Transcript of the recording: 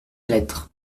lettres